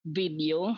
video